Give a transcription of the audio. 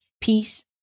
peace